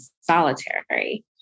solitary